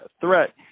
Threat